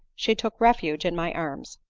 she took refuge in my arms.